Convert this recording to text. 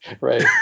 Right